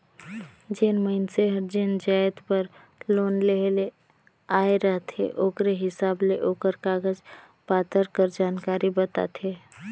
जेन मइनसे हर जेन जाएत बर लोन लेहे ले आए रहथे ओकरे हिसाब ले ओकर कागज पाथर कर जानकारी बताथे